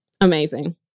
Amazing